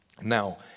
Now